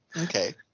Okay